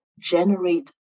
generate